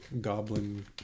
goblin